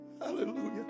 Hallelujah